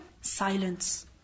Silence